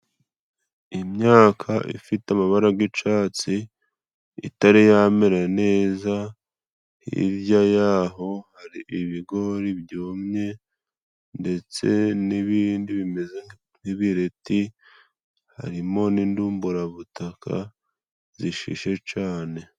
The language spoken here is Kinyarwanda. Imyaka ifite amabara g'icatsi itari yamera neza, hirya y'aho hari ibigori byumye ndetse n'ibindi bimeze nk'ibireti, harimo n'indumburabutaka zishishe cane.